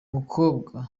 mukobwa